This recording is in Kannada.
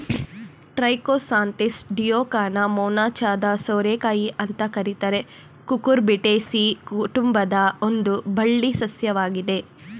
ಟ್ರೈಕೋಸಾಂಥೆಸ್ ಡಿಯೋಕಾನ ಮೊನಚಾದ ಸೋರೆಕಾಯಿ ಅಂತ ಕರೀತಾರೆ ಕುಕುರ್ಬಿಟೇಸಿ ಕುಟುಂಬದ ಒಂದು ಬಳ್ಳಿ ಸಸ್ಯವಾಗಿದೆ